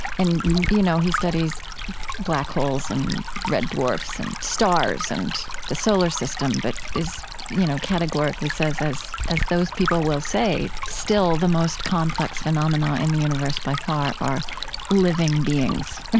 and you know he studies black holes and red dwarfs and stars and the solar system, but you know categorically says, as as those people will say, still the most complex phenomena in the universe by far are living beings.